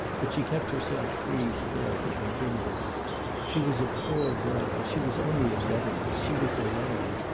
but she kept herself free still, to continue she was a poor girl she was only a governess she was alone,